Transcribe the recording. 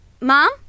Mom